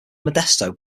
modesto